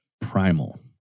primal